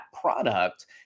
product